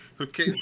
Okay